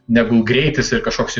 negu greitis ir kažkoks